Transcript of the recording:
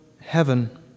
heaven